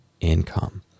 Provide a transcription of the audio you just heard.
income